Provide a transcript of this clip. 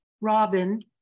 Robin